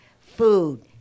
food